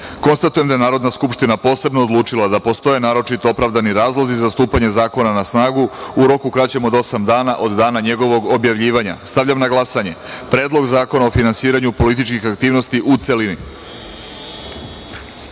dvoje. Konstatujem da je Narodna skupština posebno odlučila da postoje naročito opravdani razlozi za stupanje zakona na snagu u roku kraćem od osam od dana njegovog objavljivanja. Stavljam na glasanje Predlog zakona o finansiranju političkih aktivnosti, u